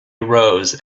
rose